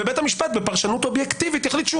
ובית המשפט בפרשנות אובייקטיבית יחליט שהוא